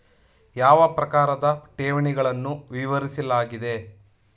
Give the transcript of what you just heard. ಯಾವ ಪ್ರಕಾರದ ಠೇವಣಿಗಳನ್ನು ವಿವರಿಸಲಾಗಿದೆ?